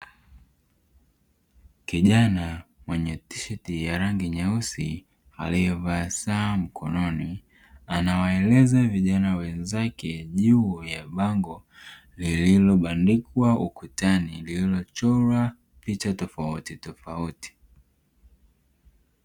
Kijana mwenye tisheti ya rangi nyeusi aliyevaa saa mkononi anawaeleza vijana wenzake juu ya bango lililobandikwa ukutani lilichorwa picha tofautitofauti.